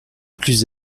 plus